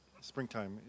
springtime